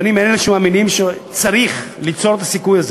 ואני מאלה שמאמינים שצריך ליצור את הסיכוי הזה.